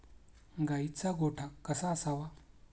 गाईचा गोठा कसा असावा?